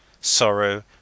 sorrow